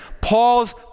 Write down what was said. Paul's